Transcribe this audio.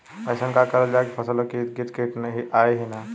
अइसन का करल जाकि फसलों के ईद गिर्द कीट आएं ही न?